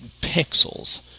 pixels